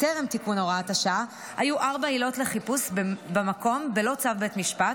טרם תיקון הוראת השעה היו ארבע עילות לחיפוש במקום בלא צו בית משפט,